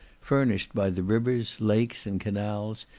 furnished by the rivers, lakes, and canals,